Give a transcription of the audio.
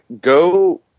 go